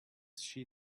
she